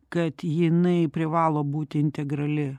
kad jinai privalo būti integrali